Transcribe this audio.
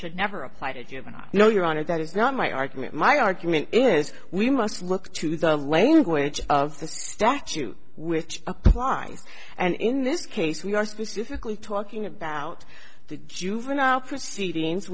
should never applied it you know your honor that is not my argument my argument is we must look to the language of the statute which apply and in this case we are specifically talking about the juvenile proceedings